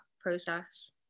process